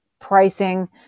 pricing